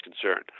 concerned